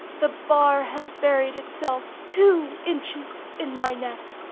the bar had buried itself two inches in my neck.